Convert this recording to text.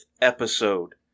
episode